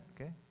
okay